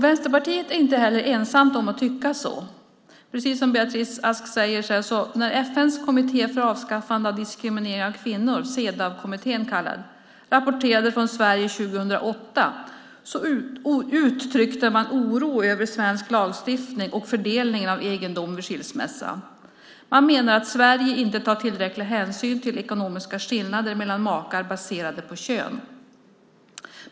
Vänsterpartiet är inte heller ensamt om att tycka så. Det är precis som Beatrice Ask säger här. När FN:s kommitté om avskaffande av diskriminering av kvinnor, kallad Cedaw, rapporterade från Sverige år 2008 uttryckte man oro över svensk lagstiftning och fördelningen av egendom vid skilsmässa. Man menar att Sverige inte tar tillräcklig hänsyn till ekonomiska skillnader mellan makar baserade på kön.